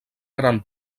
gran